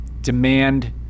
demand